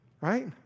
right